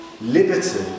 liberty